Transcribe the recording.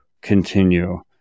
continue